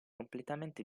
completamente